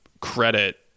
credit